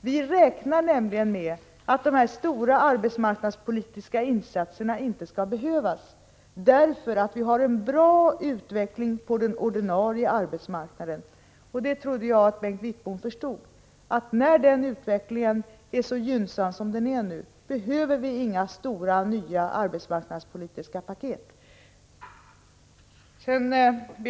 Vi räknar nämligen med att stora arbetsmarknadspolitiska insatser inte skall behövas, eftersom utvecklingen på den ordinarie arbetsmarknaden är bra. Jag trodde att Bengt Wittbom förstod att när den utvecklingen är så gynnsam som den är nu så behöver vi inga nya stora arbetsmarknadspolitiska paket.